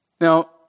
Now